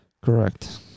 Correct